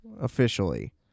officially